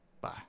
Bye